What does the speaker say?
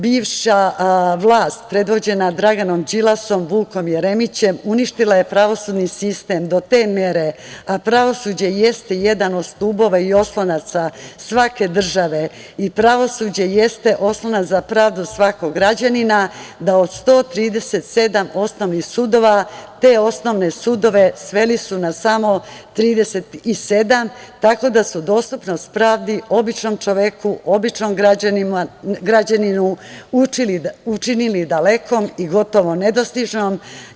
Bivša vlast predvođena Draganom Đilasom, Vukom Jeremićem, uništila je pravosudni sistem do te mere – pravosuđe jeste jedan od stubova i oslonaca svake države i pravosuđe jeste osnova za pravdu svakog građanina da od 137 osnovnih sudova te osnovne sudove sveli su na samo 37, tako da je dostupnost pravdi običnom čoveku, običnom građaninu učili dalekom i gotovo nedostižnom.